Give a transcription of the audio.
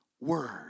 word